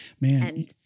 man